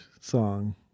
song